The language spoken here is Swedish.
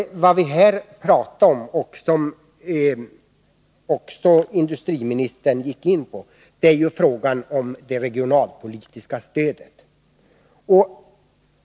Vad vi här talar om — även industriministern gick in på det — är frågan om det regionalpolitiska stödet.